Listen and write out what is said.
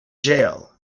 jail